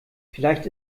vielleicht